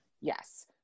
yes